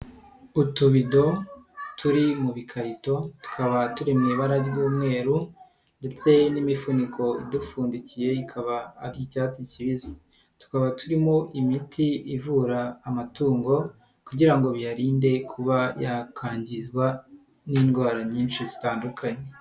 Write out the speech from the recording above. Utubido turi mu bikarito tukaba turi mu ibara ry'umweru ndetse n'imifuniko idupfundikiye ikaba ari icyatsi kibisi, tukaba turimo imiti ivura amatungo kugira ngo biyarinde kuba yakangizwa n'indwara nyinshi zitandukanye.